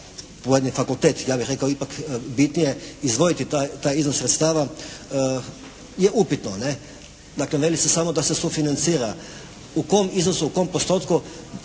pojedini fakultet ja bih rekao ipak bitnije, izdvojiti taj iznos sredstava je upitno, ne. Veli se samo da se samo sufinancira. U kom iznosu, u kom postotku